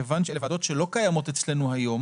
כיוון שאלה ועדות שלא קיימות אצלנו היום